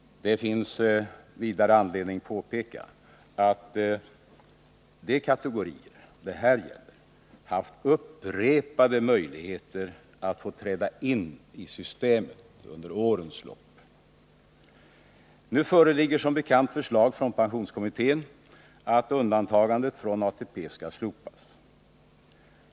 Det finns vidare anledning påpeka att de kategorier det här gäller under årens lopp haft upprepade möjligheter att träda in i systemet. Nu föreligger som bekant förslag från pensionskommittén att undantagandet från ATP skall slopas.